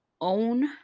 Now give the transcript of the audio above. own